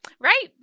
Right